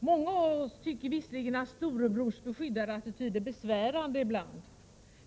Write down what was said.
Många av oss tycker visserligen att storebrors beskyddarattityd är besvärande ibland.